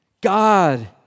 God